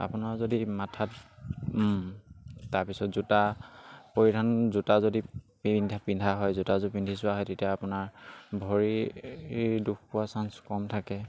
আপোনাৰ যদি মাথাত তাৰপিছত জোতা পৰিধান জোতা যদি পিন্ধা পিন্ধা হয় জোতাযোৰ পিন্ধি চোৱা হয় তেতিয়া আপোনাৰ ভৰি ই দুখ পোৱা চাঞ্চ কম থাকে